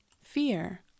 Fear